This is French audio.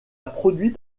produite